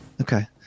okay